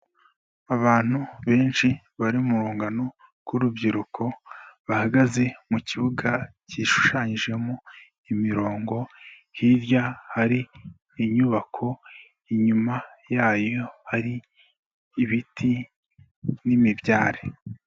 Abantu benshi bari mu rungano rw'urubyiruko bahagaze mu kibuga cyishushanyijemo imirongo, hirya hari inyubako inyuma yayo hari ibiti n'imibyare.